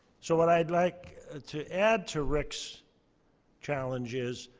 so what i'd like to add to rick's challenge is,